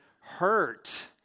hurt